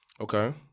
Okay